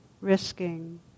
risking